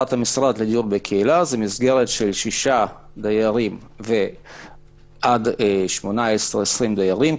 מסגרת של שישה דיירים ועד 18, 20 דיירים.